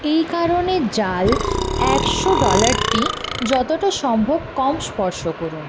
এই কারণে জাল একশো ডলারটি যতটা সম্ভব কম স্পর্শ করুন